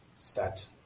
start